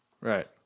Right